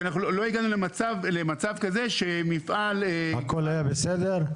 כי לא הגענו למצב כזה שמפעל --- הכול היה בסדר?